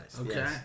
Okay